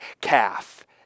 calf